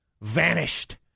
vanished